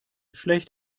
schlecht